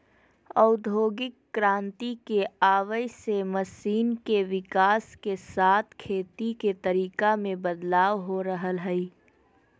औद्योगिक क्रांति के आवय से मशीन के विकाश के साथ खेती के तरीका मे बदलाव हो रहल हई